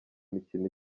mikino